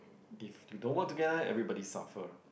if you don't work together everybody suffer